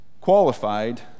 qualified